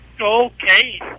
okay